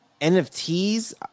NFTs